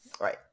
Right